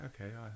okay